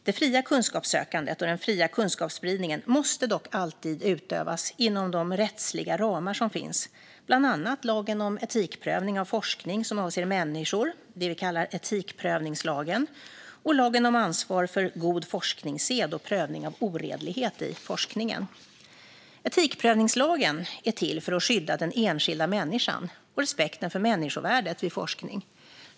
Det fria kunskapssökandet och den fria kunskapsspridningen måste dock alltid utövas inom de rättsliga ramar som finns, bland annat lagen om etikprövning av forskning som avser människor, det vi kallar etikprövningslagen, och lagen om ansvar för god forskningssed och prövning av oredlighet i forskning. Etikprövningslagen är till för att skydda den enskilda människan och respekten för människovärdet vid forskning.